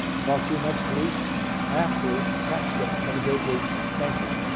talk to you next week after tax day. have a great week. thank you.